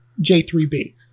j3b